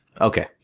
Okay